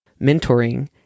mentoring